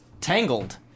Tangled